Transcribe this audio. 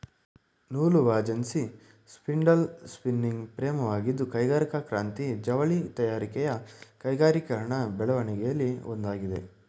ನೂಲುವಜೆನ್ನಿ spindle spinning ಫ್ರೇಮಾಗಿದ್ದು ಕೈಗಾರಿಕಾ ಕ್ರಾಂತಿ ಜವಳಿ ತಯಾರಿಕೆಯ ಕೈಗಾರಿಕೀಕರಣ ಬೆಳವಣಿಗೆಲಿ ಒಂದಾಗಿದೆ